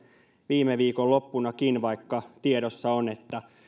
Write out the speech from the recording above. viime viikonloppunakin vaikka tiedossa on että